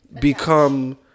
become